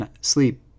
sleep